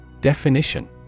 Definition